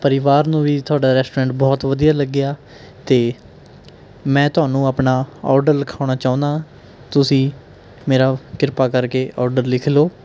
ਪਰਿਵਾਰ ਨੂੰ ਵੀ ਤੁਹਾਡਾ ਰੈਸਟੋਰੈਂਟ ਬਹੁਤ ਵਧੀਆ ਲੱਗਿਆ ਅਤੇ ਮੈਂ ਤੁਹਾਨੂੰ ਆਪਣਾ ਔਡਰ ਲਿਖਾਉਣਾ ਚਾਹੁੰਦਾ ਤੁਸੀਂ ਮੇਰਾ ਕਿਰਪਾ ਕਰਕੇ ਔਡਰ ਲਿਖ ਲੋ